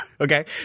Okay